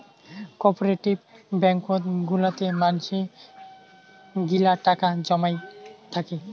cooperative ব্যাঙ্কত গুলাতে মানসি গিলা টাকা জমাই থাকি